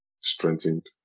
strengthened